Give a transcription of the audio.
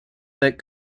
that